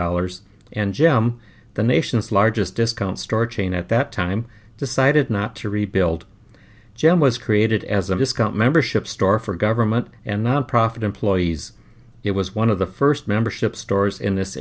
dollars and gem the nation's largest discount store chain at that time decided not to rebuild gem was created as a discount membership store for government and nonprofit employees it was one of the first memberships stores in this